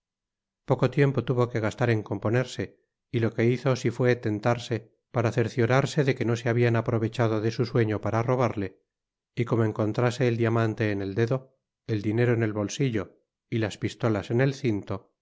poco tiempo tuvo que gastar en componerse y lo que hizo si fué tentarse para cerciorarse de que no se habian aprovechado de su sueño para robarle y como encontrase el diamante en el dedo el dinero en el bolsillo y las pistolas en el cinto